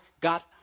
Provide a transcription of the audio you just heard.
got